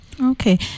Okay